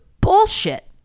bullshit